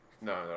no